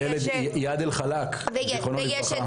והילד איאד אל חלאק זיכרונו לברכה.